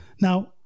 Now